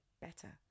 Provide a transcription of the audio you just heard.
better